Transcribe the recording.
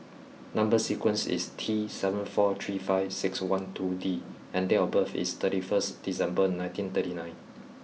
number sequence is T seven four three five six one two D and date of birth is thirty first December nineteen thirty nine